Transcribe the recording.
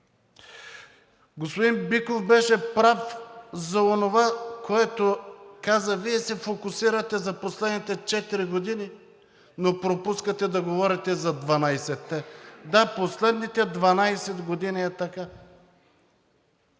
Господин Биков беше прав за онова, което каза: „Вие се фокусирате за последните четири години, но пропускате да говорите за 12-те. Да, последните 12 години е така.